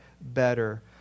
better